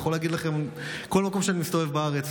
אני יכול להגיד לכם שבכל מקום שאני מסתובב בו בארץ,